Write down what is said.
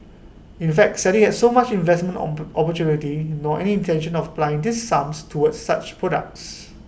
in fact Sally had so such investment opportunity nor any intention of applying these sums towards such products